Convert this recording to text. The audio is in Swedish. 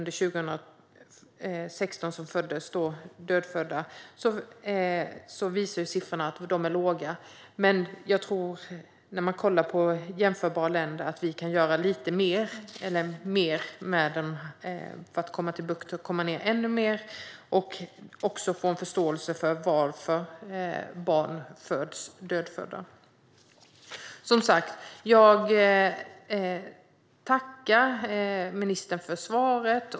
Men om vi tittar på jämförbara länder tror jag att vi kan göra lite mer för att siffrorna ska sjunka och för att förstå varför barn föds döda. Jag tackar ministern för svaret.